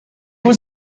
was